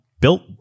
built